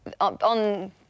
on